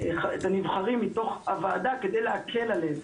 הנבחרים מתוך הוועדה כדי להקל עליהם.